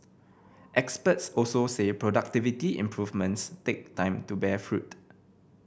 experts also say productivity improvements take time to bear fruit